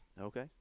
okay